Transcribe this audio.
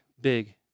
big